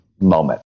moment